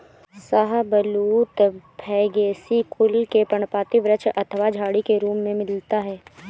शाहबलूत फैगेसी कुल के पर्णपाती वृक्ष अथवा झाड़ी के रूप में मिलता है